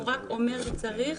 הוא רק אומר שצריך